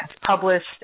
published